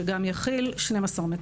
שגם יכיל 12 מקומות.